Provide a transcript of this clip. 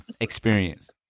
experience